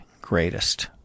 greatest